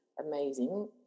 amazing